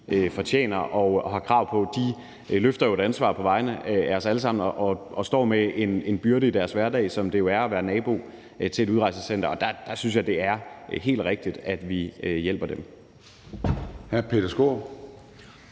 fortjener og har krav på. De løfter jo et ansvar på vegne af os alle sammen og står med en byrde i deres hverdag, som det jo er at være nabo til et udrejsecenter, og der synes jeg, det er helt rigtigt, at vi hjælper dem.